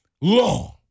long